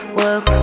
work